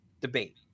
debate